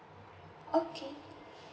okay